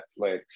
Netflix